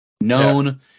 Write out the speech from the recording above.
Known